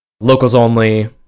locals-only